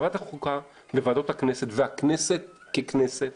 ועדת החוקה היא מוועדות הכנסת והכנסת ככנסת